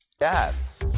Yes